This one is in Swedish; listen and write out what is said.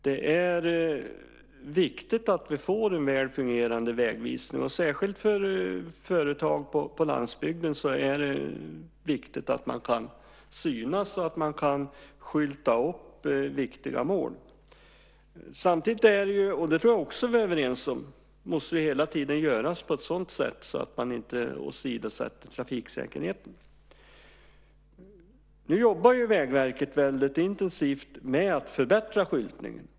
Det är viktigt att vi får en väl fungerande vägvisning. Det är viktigt att man kan synas och skylta upp viktiga mål, särskilt för företag på landsbygden. Men jag tror att vi också är överens om att det måste göras på ett sådant sätt att man inte åsidosätter trafiksäkerheten. Nu jobbar Vägverket väldigt intensivt med att förbättra skyltningen.